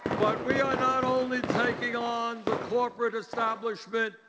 but we are not only taking on the corporate establishment,